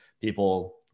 people